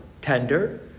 tender